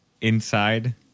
Inside